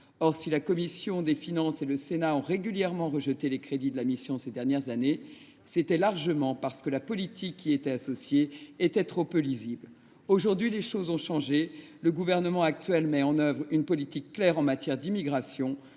Or, si la commission des finances et le Sénat ont régulièrement rejeté les crédits de la mission ces dernières années, c’était largement parce que la politique qui y était associée était trop peu lisible. Aujourd’hui, les choses ont changé. Le gouvernement actuel met en œuvre une politique claire en matière d’immigration.